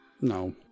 No